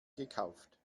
gekauft